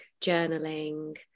journaling